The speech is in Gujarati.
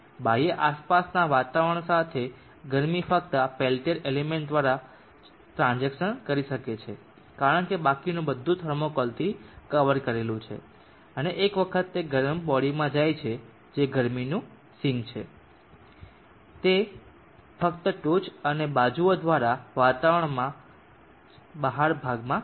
બાહ્ય આસપાસના વાતાવરણ સાથે ગરમી ફક્ત આ પેલ્ટીયર એલિમેન્ટ દ્વારા જ ટ્રાન્ઝેક્શન કરી શકે છે કારણ કે બાકીનું બધું થર્મોકોલથી કવર કરેલું છે અને એક વખત તે ગરમ બોડીમાં જાય છે જે ગરમીનું સિંક છે તે ફક્ત ટોચ અને બાજુઓ દ્વારા વાતાવરણમાં જ બહારના ભાગમાં જઇ શકે છે